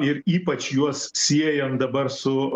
ir ypač juos siejant dabar su